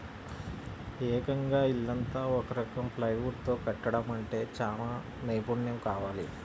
ఏకంగా ఇల్లంతా ఒక రకం ప్లైవుడ్ తో కట్టడమంటే చానా నైపున్నెం కావాలి